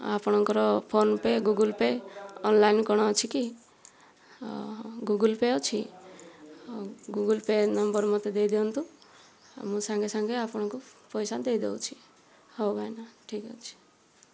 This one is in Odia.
ଆପଣଙ୍କର ଫୋନ୍ପେ ଗୁଗଲ ପେ ଅନଲାଇନ୍ କ'ଣ ଅଛି କି ଓହୋ ଗୁଗଲ ପେ ଅଛି ହେଉ ଗୁଗଲ ପେ ନମ୍ବର ମୋତେ ଦେଇ ଦିଅନ୍ତୁ ମୁଁ ସାଙ୍ଗେ ସାଙ୍ଗେ ଆପଣଙ୍କୁ ପଇସା ଦେଇଦେଉଛି ହେଉ ଭାଇନା ଠିକ୍ ଅଛି